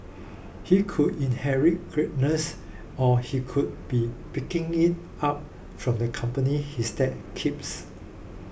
he could inherit greatness or he could be picking it up from the company his dad keeps